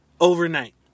Overnight